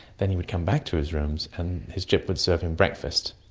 then he would come back to his rooms and his gyp would serve him breakfast,